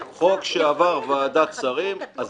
היות ואתה יודע שמבחינתי, חוק שעבר ועדת שרים, אז